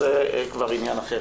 בסדר, זה כבר עניין אחר.